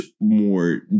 more